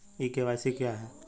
ई KYC क्या है?